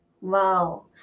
Wow